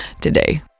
today